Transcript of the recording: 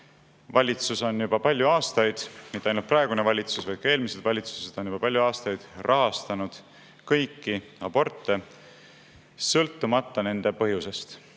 valitsus, mitte ainult praegune valitsus, vaid ka eelmised valitsused, on juba palju aastaid rahastanud kõiki aborte sõltumata nende põhjusest.